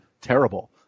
terrible